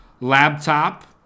laptop